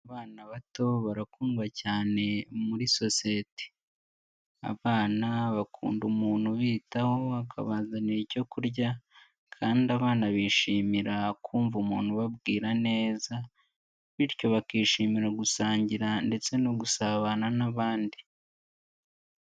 Abana bato barakundwa cyane muri sosiyete. Abana bakunda umuntu ubitaho akabazanira icyo kurya kandi abana bishimira kumva umuntu ubabwira neza bityo bakishimira gusangira ndetse no gusabana n'abandi.